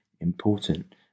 important